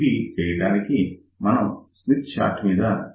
అది చేయడానికి మనం స్మిత్ చార్ట్ మీద 1out యొక్క విలువలు గీయాలి